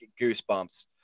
goosebumps